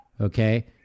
okay